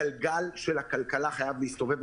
הגלגל של הכלכלה חייב להסתובב,